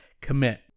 commit